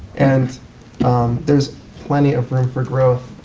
and there's plenty of room for growth.